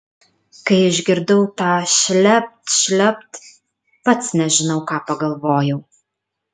kai išgirdau tą šlept šlept pats nežinau ką pagalvojau